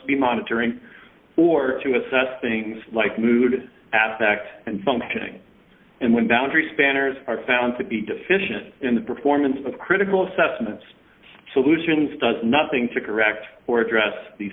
to be monitoring or to assess things like mood aspect and functioning and went down three spanners are found to be deficient in the performance of critical assessments solutions does nothing to correct or address these